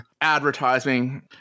advertising